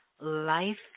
life